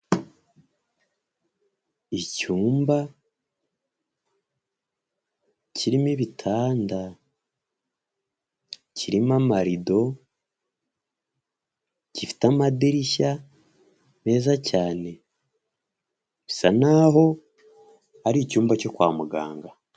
Icyumba kirimo ibitanda, kirimo amarido, gifite amadirishya meza cyane; bisa naho ari icyumba cyo kwa muganga.